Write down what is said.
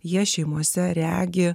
jie šeimose regi